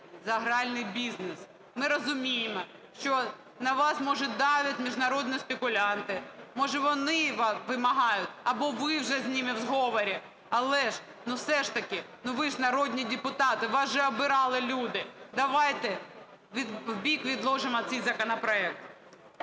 за гральний бізнес? Ми розуміємо, що на вас може давлять міжнародні спекулянти, може вони вимагають або ви вже з ними у зговорі? Але ж, ну, все ж таки, ви ж народні депутати, вас же обирали люди! Давайте в бік відложимо цей законопроект.